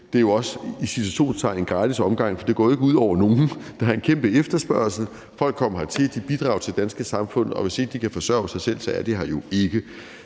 det er jo også – i citationstegn – en gratis omgang, for det går jo ikke ud over nogen. Der er en kæmpe efterspørgsel. Folk kommer hertil; de bidrager til det danske samfund, og hvis ikke de kan forsørge sig selv, er de her jo ikke.